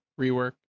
rework